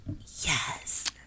Yes